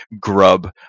grub